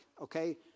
Okay